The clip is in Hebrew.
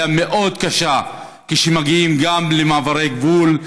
מאוד קשה גם כשהם מגיעים למעברי גבול,